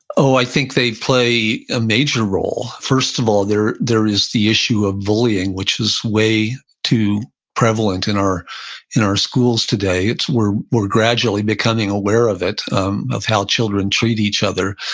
oh, i think they play a major role. first of all, there there is the issue of bullying, which is way too prevalent in our in our schools today. we're we're gradually becoming aware of it um of how children treat each other.